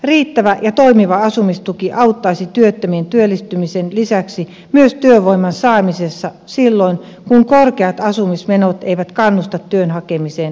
riittävä ja toimiva asumistuki auttaisi työttömien työllistymisen lisäksi myös työvoiman saamisessa silloin kun korkeat asumismenot eivät kannusta työn hakemiseen kasvukeskuksissa